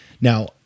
Now